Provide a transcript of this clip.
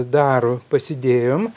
daro pasidėjom